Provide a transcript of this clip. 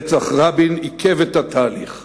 רצח רבין עיכב את התהליך